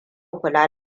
kula